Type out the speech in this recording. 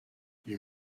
you